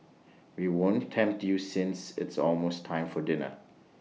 we won't tempt you since it's almost time for dinner